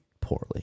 poorly